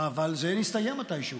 אבל זה הסתיים מתישהו.